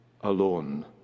alone